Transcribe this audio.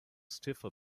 stiffer